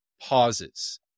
pauses